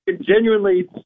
Genuinely